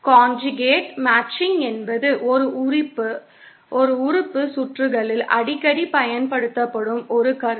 conjugate matching என்பது ஒரு உறுப்பு சுற்றுகளில் அடிக்கடி பயன்படுத்தப்படும் ஒரு கருத்து